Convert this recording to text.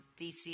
DC